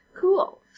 Cool